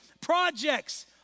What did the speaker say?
projects